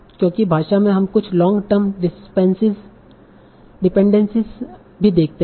क्योंकि भाषा में हम कुछ लॉन्ग टर्म डिपेंडेनसिस भी देखते हैं